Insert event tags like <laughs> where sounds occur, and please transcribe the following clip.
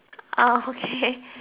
oh okay <laughs>